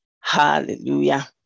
Hallelujah